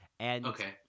Okay